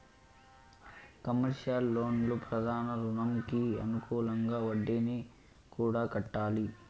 commercial లోన్లు ప్రధాన రుణంకి అనుకూలంగా వడ్డీని కూడా కట్టాలి